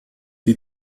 die